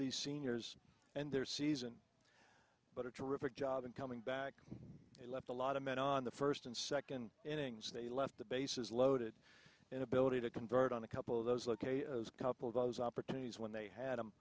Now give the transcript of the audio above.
the seniors and their season but a terrific job and coming back he left a lot of men on the first and second innings they left the bases loaded inability to convert on a couple of those look a couple of those opportunities when they had